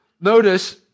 Notice